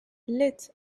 lit